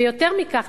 ויותר מכך,